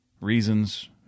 reasons